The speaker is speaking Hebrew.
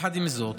עם זאת,